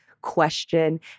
question